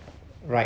right